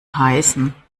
heißen